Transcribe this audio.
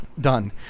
Done